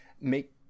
make